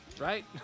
right